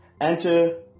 Enter